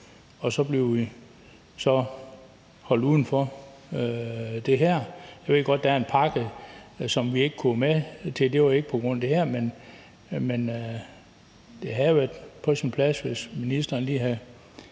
og så blev vi holdt uden for det her. Jeg ved godt, der var en pakke, som vi ikke kunne gå med til. Det var ikke på grund af det her. Men det havde været på sin plads, hvis ministeren lige havde